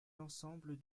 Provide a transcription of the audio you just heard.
l’ensemble